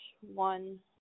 one